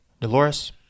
Dolores